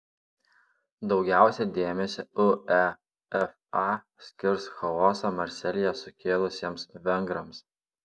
daugiausiai dėmesio uefa skirs chaosą marselyje sukėlusiems vengrams